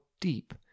deep